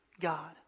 God